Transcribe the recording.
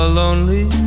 lonely